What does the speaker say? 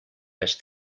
més